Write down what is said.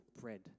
bread